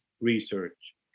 research